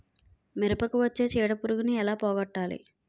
మిరపకు వచ్చే చిడపురుగును ఏల పోగొట్టాలి?